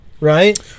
right